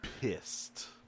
pissed